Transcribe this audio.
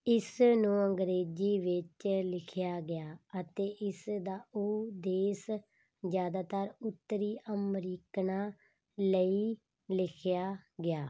ਇਸ ਨੂੰ ਅੰਗਰੇਜ਼ੀ ਵਿੱਚ ਲਿਖਿਆ ਗਿਆ ਅਤੇ ਇਸ ਦਾ ਉਦੇਸ਼ ਜ਼ਿਆਦਾਤਰ ਉੱਤਰੀ ਅਮਰੀਕਨਾਂ ਲਈ ਲਿਖਿਆ ਗਿਆ